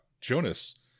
Jonas